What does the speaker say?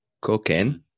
cooking